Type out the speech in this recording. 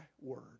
word